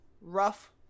rough